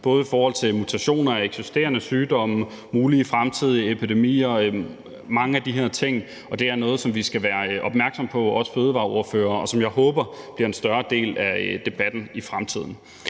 både i forhold til mutationer af eksisterende sygdomme, mulige fremtidige epidemier – mange af de her ting. Det er noget, som vi som fødevareordførere skal være opmærksomme på, og som jeg håber bliver en større del af debatten i fremtiden.